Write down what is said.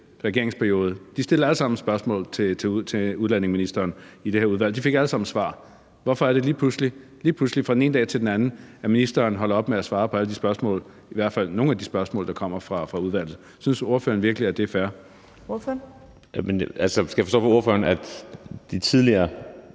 regeringsperiode alle sammen stillede spørgsmål til udlændingeministeren i det her udvalg, og de fik alle sammen svar. Hvorfor er det, at ministeren lige pludselig fra den ene dag til den anden holder op med at svare på alle de spørgsmål – eller i hvert fald nogle af de spørgsmål – der kommer fra udvalget? Synes ordføreren virkelig, at det er fair? Kl. 14:59 Tredje næstformand